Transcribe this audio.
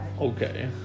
Okay